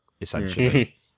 essentially